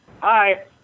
Hi